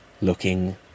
looking